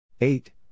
eight